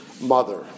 mother